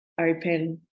open